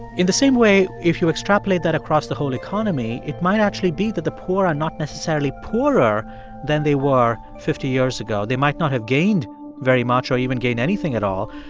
in the same way, if you extrapolate that across the whole economy, it might actually be that the poor are not necessarily poorer than they were fifty years ago. they might not have gained very much or even gained anything at all.